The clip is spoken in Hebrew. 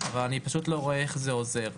אבל אני פשוט לא רואה איך זה עוזר.